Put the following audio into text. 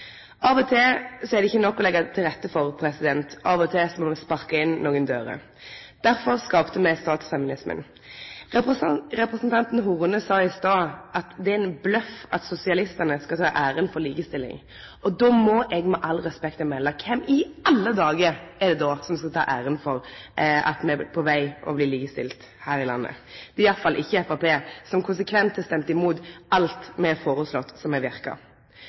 Av og til er det ikkje nok å leggje til rette for, av og til må me sparke inn nokre dører. Derfor skapte me statsfeminismen. Representanten Horne sa i stad at det er ein bløff at sosialistane skal ta æra for likestillinga. Med respekt å melde: Kven i alle dagar er det då som skal ta æra for at me er på veg til å bli likestilte her i landet? Det er i alle fall ikkje Framstegspartiet, som konsekvent har stemt imot alt me har foreslått som har verka.